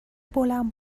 بلند